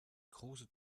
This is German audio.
große